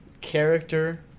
character